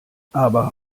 aber